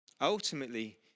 Ultimately